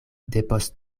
depost